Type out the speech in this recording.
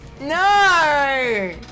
No